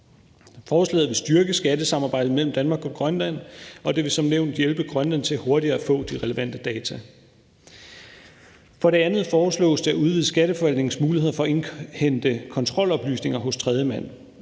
Forslaget vil styrke skattesamarbejdet mellem Danmark og Grønland, og det vil som nævnt hjælpe Grønland til hurtigere at få de relevante data. For det andet foreslås det at udvide Skatteforvaltningens muligheder for at indhente kontroloplysninger hos tredjeland.